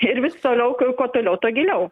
ir vis toliau kuo toliau tuo giliau